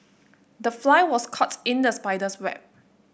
the fly was caught in the spider's web